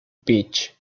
beach